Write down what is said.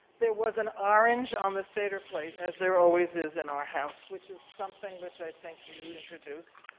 there was an orange on the seder plate, as there always is in our house, which is something which i think you introduced,